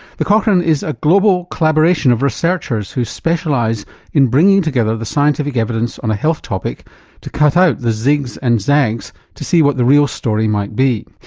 the cochrane is a global collaboration of researchers who specialise in bringing together the scientific evidence on a health topic to cut out the zigs and zags to see what the real story might be.